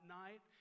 night